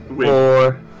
four